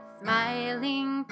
smiling